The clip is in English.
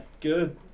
Good